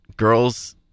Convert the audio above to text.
Girls